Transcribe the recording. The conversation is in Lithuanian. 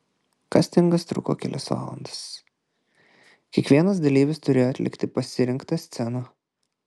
kastingas truko kelias valandas kiekvienas dalyvis turėjo atlikti pasirinktą sceną